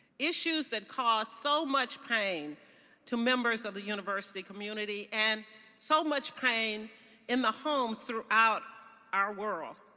issues that cause so much pain to members of the university community and so much pain in the homes throughout our world.